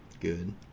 good